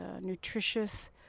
nutritious